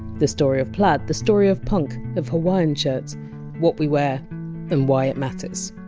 the story of plaid, the story of punk, of hawaiian shirts what we wear and why it matters.